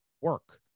work